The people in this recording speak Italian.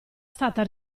stata